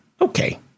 Okay